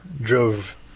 drove